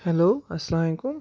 hello اَسلاے کُم